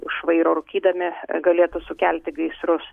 už vairo rūkydami galėtų sukelti gaisrus